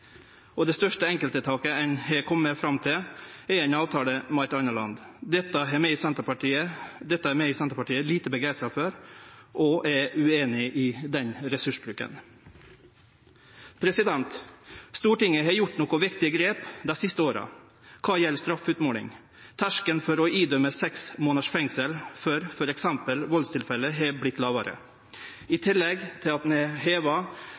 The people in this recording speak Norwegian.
og det største enkelttiltaket ein har kome fram til, er ein avtale med eit anna land. Dette er vi i Senterpartiet lite begeistra for, og vi er ueinige i den ressursbruken. Stortinget har teke nokre viktige grep dei siste åra kva gjeld straffeutmåling. Terskelen for å dømme til seks månaders fengsel for t.d. tilfelle av vald, er vorten lågare, i tillegg til at ein har heva